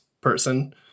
person